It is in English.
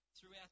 throughout